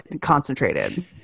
concentrated